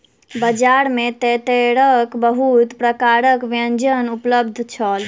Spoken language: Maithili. बजार में तेतैरक बहुत प्रकारक व्यंजन उपलब्ध छल